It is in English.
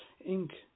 ink